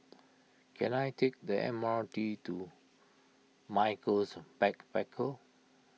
can I take the M R T to Michaels Backpackers